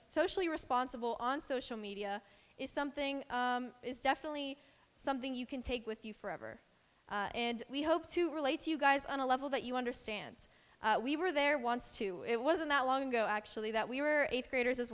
socially responsible on social media is something is definitely something you can take with you forever and we hope to relate to you guys on a level that you understand we were there wants to it wasn't that long ago actually that we were eighth graders as